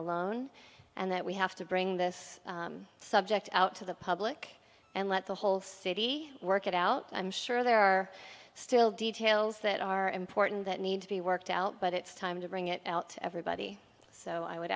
alone and that we have to bring this subject out to the public and let the whole city work it out i'm sure there are still details that are important that need to be worked out but it's time to bring it out everybody so i would